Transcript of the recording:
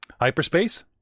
hyperspace